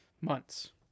months